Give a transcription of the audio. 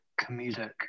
comedic